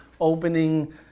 opening